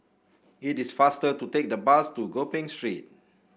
it is faster to take the bus to Gopeng Street